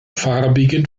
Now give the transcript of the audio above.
farbigen